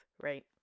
right